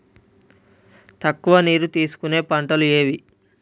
తక్కువ నీరు తీసుకునే పంటలు ఏవి?